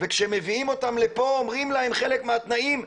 וכשמביאים אותן לפה אומרים להם חלק מהתנאים,